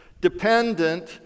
dependent